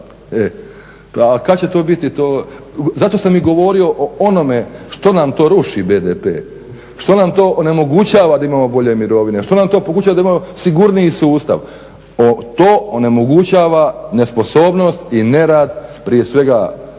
Kad će to biti to, zato sam i govorio o onome što nam to ruši BDP, što nam to onemogućava da imamo bolje mirovine, što nam to onemogućava da imamo sigurniji sustav, to onemogućava nesposobnost i nerad prije svega u